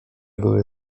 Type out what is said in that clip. były